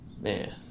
Man